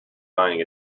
buying